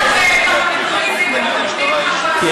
ואנחנו לומדים ממך כל הזמן, אבל גם אנחנו יודעים.